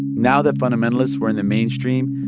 now that fundamentalists were in the mainstream,